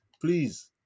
Please